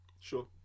Sure